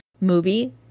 movie